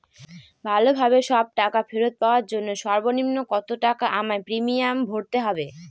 ভালোভাবে সব টাকা ফেরত পাওয়ার জন্য সর্বনিম্ন কতটাকা আমায় প্রিমিয়াম ভরতে হবে?